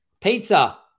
Pizza